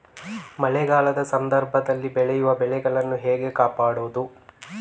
ಮಳೆಗಾಲದ ಸಂದರ್ಭದಲ್ಲಿ ಬೆಳೆಯುವ ಬೆಳೆಗಳನ್ನು ಹೇಗೆ ಕಾಪಾಡೋದು?